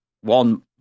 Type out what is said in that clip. one